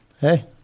hey